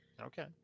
Okay